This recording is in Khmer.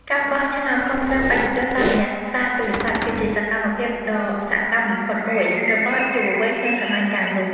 ការបោះឆ្នោតគាំទ្របេក្ខជនតាមរយៈសារទូរស័ព្ទ គឺជាសកម្មភាពដ៏សកម្មបំផុតមួយរបស់យុវវ័យក្នុងសម័យកាលនោះ។